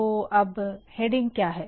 तो अब हैडिंग क्या है